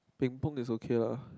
ping pong is okay lah